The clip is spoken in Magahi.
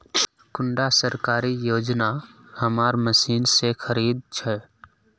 कुंडा सरकारी योजना हमार मशीन से खरीद छै?